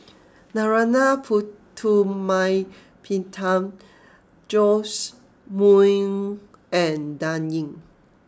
Narana Putumaippittan Joash Moo and Dan Ying